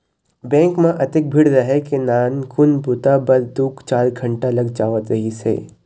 bank म अतेक भीड़ रहय के नानकुन बूता बर दू चार घंटा लग जावत रहिस हे